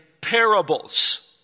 parables